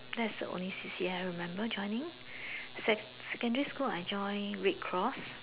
that's the only C_C_A I remember joining sec~ secondary school I join red cross